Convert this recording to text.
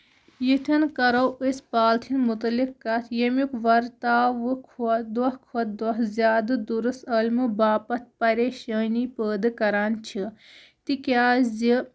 یِتھیٚن کَرو أسۍ پالتھِن مُتعلِق کَتھ ییٚمیُک ورتاوُک دۄہ کھۄتہٕ دۄہ زیادٕ دُرُست عٲلمو باپَتھ پریشٲنی پٲدٕ کران چھِ تِکیازِ